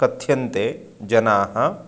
कथ्यन्ते जनाः